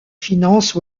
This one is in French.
finances